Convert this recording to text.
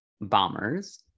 bombers